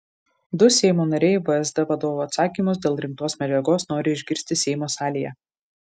du seimo nariai vsd vadovo atsakymus dėl rinktos medžiagos nori išgirsti seimo salėje